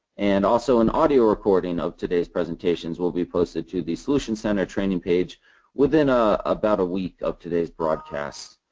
and also an audio recording of today's presentation will be posted to the solution center training page within ah about a week of today's broadcast.